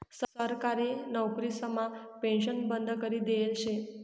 सरकारी नवकरीसमा पेन्शन बंद करी देयेल शे